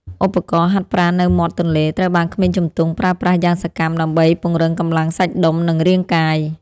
ឧបករណ៍ហាត់ប្រាណនៅមាត់ទន្លេត្រូវបានក្មេងជំទង់ប្រើប្រាស់យ៉ាងសកម្មដើម្បីពង្រឹងកម្លាំងសាច់ដុំនិងរាងកាយ។